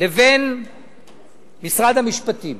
לבין משרד המשפטים.